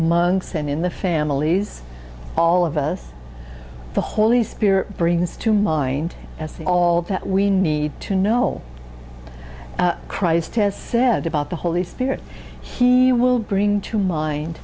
and in the families all of us the holy spirit brings to mind as all that we need to know christ has said about the holy spirit he will bring to mind